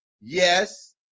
Yes